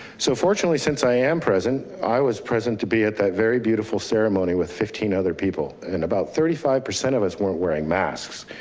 so fortunately, since i am present, i was present to be at that very beautiful ceremony with fifteen other people. and about thirty five percent of us weren't wearing masks.